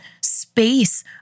space